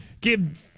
give –